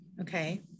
Okay